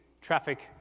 traffic